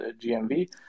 GMV